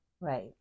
Right